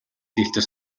дээлтэй